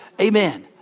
Amen